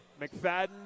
McFadden